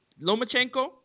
Lomachenko